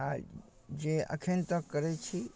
आओर जे एखन तक करै छी